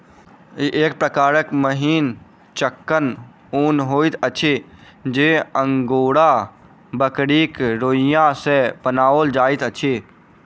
ई एक प्रकारक मिहीन चिक्कन ऊन होइत अछि जे अंगोरा बकरीक रोंइया सॅ बनाओल जाइत अछि